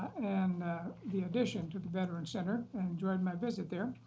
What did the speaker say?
and the addition to the veterans center and enjoyed my visit there.